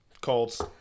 Colts